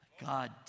God